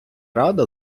рада